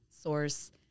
source